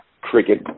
cricket